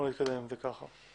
נתקדם עם זה כך.